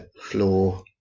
floor